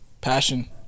passion